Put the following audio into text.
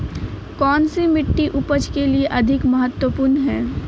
कौन सी मिट्टी उपज के लिए अधिक महत्वपूर्ण है?